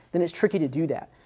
then it's tricky to do that,